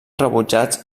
rebutjats